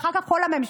ואחר כך כל הממשלה,